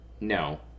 No